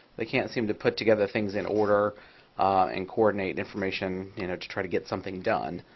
they can't seem to put together things in order and coordinate information you know to try to get something done.